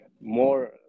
more